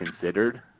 considered